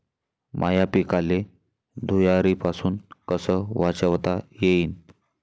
माह्या पिकाले धुयारीपासुन कस वाचवता येईन?